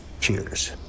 Cheers